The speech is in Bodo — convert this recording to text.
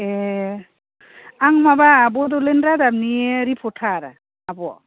ए आं माबा बड'लेण्ड रादाबनि रिप'र्टार आब'